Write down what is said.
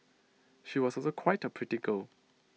she was also quite A pretty girl